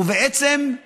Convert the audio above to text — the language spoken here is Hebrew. בעצם,